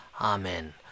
Amen